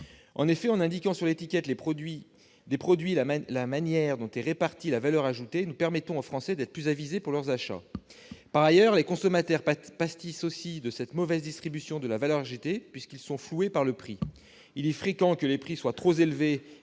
En effet, en indiquant sur l'étiquette des produits la manière dont est répartie la valeur ajoutée, nous permettons aux Français d'être plus avisés dans leurs achats. Par ailleurs, les consommateurs pâtissent aussi de cette mauvaise distribution de la valeur ajoutée, puisqu'ils sont floués par le prix. Il est fréquent que les prix soient trop élevés